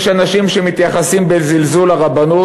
יש אנשים שמתייחסים בזלזול לרבנות,